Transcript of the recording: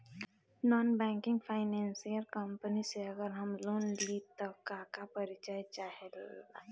Non banking financial company से अगर हम लोन लि त का का परिचय चाहे ला?